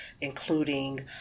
including